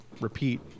repeat